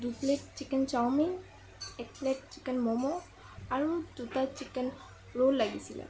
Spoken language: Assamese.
দুপ্লেট চিকেন চাওমিন এক প্লেট চিকেন ম'ম' আৰু দুটা চিকেন ৰ'ল লাগিছিলে